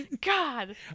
God